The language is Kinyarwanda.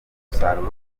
umusaruro